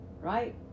right